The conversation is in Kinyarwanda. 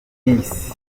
bus